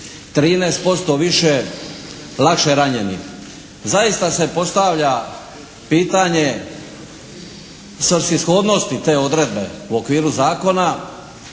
13% više lakše ranjenih. Zaista se postavlja pitanje svrsishodnosti te odredbe u okviru zakona.